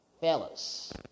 Fellas